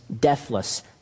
deathless